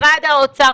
משרד האוצר,